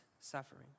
suffering